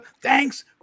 thanks